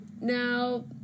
Now